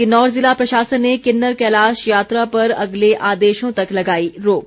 किन्नौर ज़िला प्रशासन ने किन्नर कैलाश यात्रा पर अगले आदेशों तक लगाई रोक